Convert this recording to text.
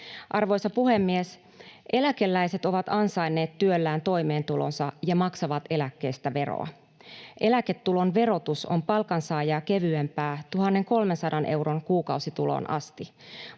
Arvoisa puhemies! Eläkeläiset ovat ansainneet työllään toimeentulonsa ja maksavat eläkkeestä veroa. Eläketulon verotus on palkansaajaa kevyempää 1 300 euron kuukausituloon asti.